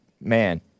man